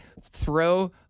throw